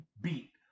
beat